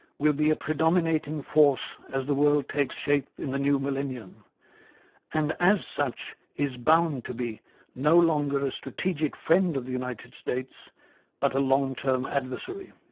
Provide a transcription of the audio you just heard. will be a predominating force as the world takes shape in the new millennium and, as such, is bound to be no longer a strategic friend of the united states but a long-term adversary.